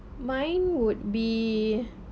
mine would be